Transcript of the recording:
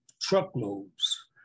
truckloads